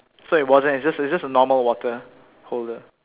so it wasn't it's just just a normal water holder